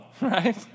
right